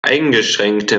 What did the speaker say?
eingeschränkte